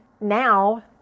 now